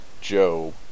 Joe